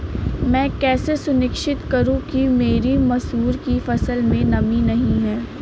मैं कैसे सुनिश्चित करूँ कि मेरी मसूर की फसल में नमी नहीं है?